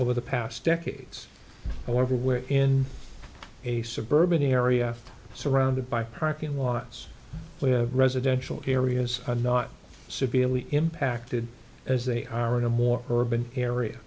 over the past decades or where in a suburban area surrounded by parking lots we have residential areas are not severely impacted as they are in a more urban area